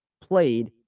played